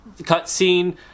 cutscene